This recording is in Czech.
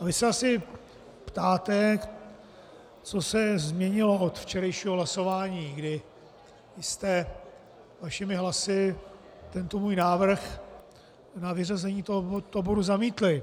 Vy se asi ptáte, co se změnilo od včerejšího hlasování, kdy jste svými hlasy tento můj návrh na vyřazení tohoto bodu zamítli.